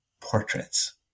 portraits